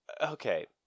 Okay